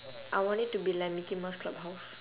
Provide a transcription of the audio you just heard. I want it to be like mickey mouse clubhouse